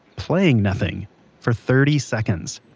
playing nothing for thirty seconds.